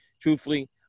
truthfully